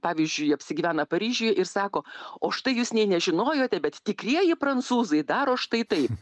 pavyzdžiui apsigyvena paryžiuj ir sako o štai jūs nė nežinojote bet tikrieji prancūzai daro štai taip